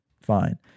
fine